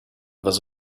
was